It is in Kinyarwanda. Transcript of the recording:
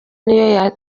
n’iyo